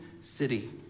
city